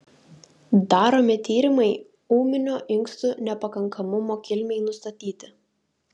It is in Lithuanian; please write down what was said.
daromi tyrimai ūminio inkstų nepakankamumo kilmei nustatyti